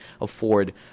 afford